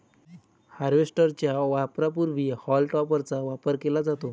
harvester च्या वापरापूर्वी हॉल टॉपरचा वापर केला जातो